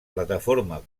plataforma